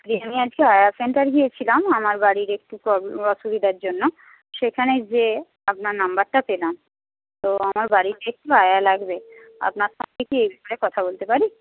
আমি আজকে আয়া সেন্টার গিয়েছিলাম আমার বাড়ির একটি অসুবিধার জন্য সেখানে গিয়ে আপনার নাম্বারটা পেলাম তো আমার বাড়িতে আয়া লাগবে আপনার সাথে কি এই ব্যাপারে কথা বলতে পারি